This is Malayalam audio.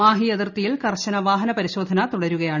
മാഹി അതിർത്തിയിൽ കർശന് വാഹന പരിശോധന തുടരുകയാണ്